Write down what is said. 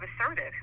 assertive